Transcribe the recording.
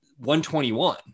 121